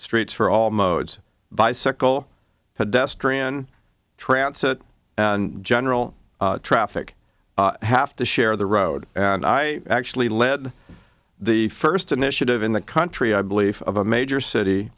streets for all modes bicycle pedestrian traffic that general traffic have to share the road and i actually lead the first initiative in the country i believe of a major city